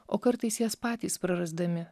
o kartais jas patys prarasdami